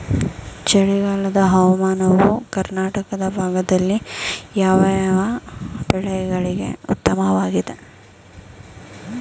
ಚಳಿಗಾಲದ ಹವಾಮಾನವು ಕರ್ನಾಟಕದ ಭಾಗದಲ್ಲಿ ಯಾವ್ಯಾವ ಬೆಳೆಗಳಿಗೆ ಉತ್ತಮವಾಗಿದೆ?